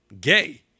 gay